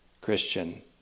Christian